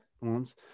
ones